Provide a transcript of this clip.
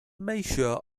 measures